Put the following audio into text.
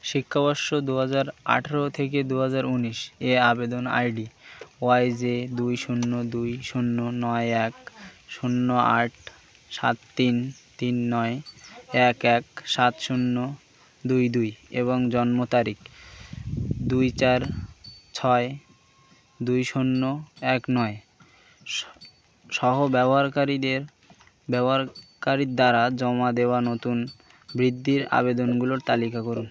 শিক্ষাবর্ষ দু হাজার আঠেরো থেকে দু হাজার উনিশ এ আবেদন আইডি ওয়াই জে দুই শূন্য দুই শূন্য নয় এক শূন্য আট সাত তিন তিন নয় এক এক সাত শূন্য দুই দুই এবং জন্ম তারিখ দুই চার ছয় দুই শূন্য এক নয় স সহ ব্যবহারকারীদের ব্যবহারকারীর দ্বারা জমা দেওয়া নতুন বৃত্তির আবেদনগুলোর তালিকা করুন